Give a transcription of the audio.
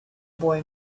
boy